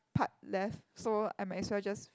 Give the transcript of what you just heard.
part left so I might as well just